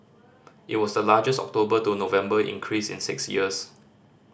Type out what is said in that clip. it was the largest October to November increase in six years